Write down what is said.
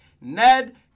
Ned